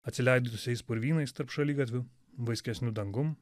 atsileidusiais purvynais tarp šaligatvių vaiskesnių dangum